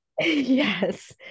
yes